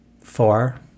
four